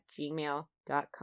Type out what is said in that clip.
gmail.com